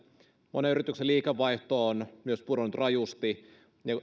monen yrityksen liikevaihto on myös pudonnut rajusti